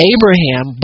Abraham